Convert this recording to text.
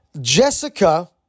Jessica